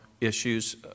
issues